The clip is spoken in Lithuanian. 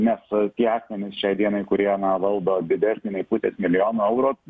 nes tie asmenys šiai dienai kurie na valdo didesnį nei pusės milijonų eurų